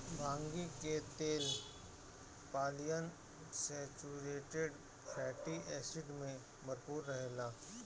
भांगी के तेल पालियन सैचुरेटेड फैटी एसिड से भरपूर रहेला